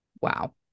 Wow